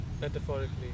metaphorically